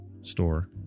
store